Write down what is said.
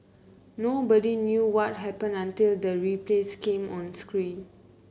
nobody knew what happened until the replays came on screen